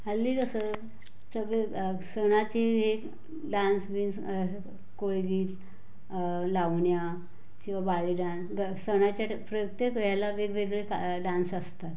हल्ली कसं सगळे सणाची एक डांस बिन्स कोळी गीत लावण्या किंवा बाली डांस ग सणाच्या प्रत्येक वेळेला वेगवेगळे का डान्स असतात